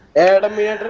alameda